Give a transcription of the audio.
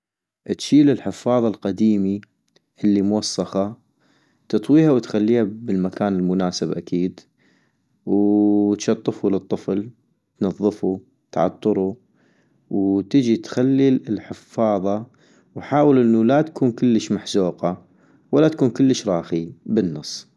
اتشيل الحفاظة القديمي الي موصخا ، تطويها. وتخليها بالمكان المناسب اكيد - وو تشطفو للطفل ، تنظفو، تعطرو - وتجي تخلي الحفاظة ، وحاول انو لا تكون كلش محزوقة ولا تكون كلش راخيي ، بالنص